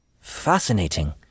Fascinating